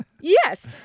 Yes